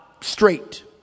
straight